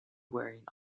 wearing